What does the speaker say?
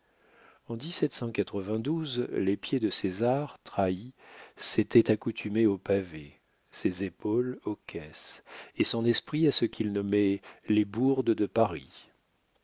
en les pieds de césar trahi s'étaient accoutumés au pavé ses épaules aux caisses et son esprit à ce qu'il nommait les bourdes de paris